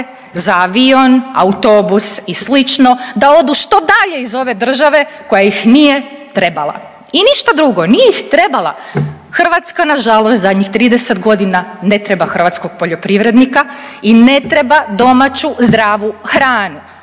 za avion, autobus i sl. da odu što dalje iz ove države koja ih nije trebala. I ništa drugo, nije ih trebala. Hrvatska nažalost zadnjih 30 godina ne treba hrvatskog poljoprivrednika i ne treba domaću zdravu hranu